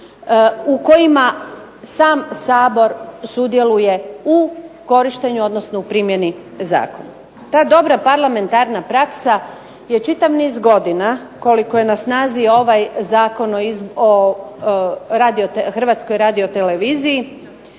u kojima sam SAbor sudjeluje u korištenju odnosno primjeni zakona. Ta dobra parlamentarna praksa je čitav niz godina koliko je na snazi ovaj Zakon o HRT-u pokazao je